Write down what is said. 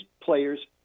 players